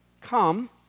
come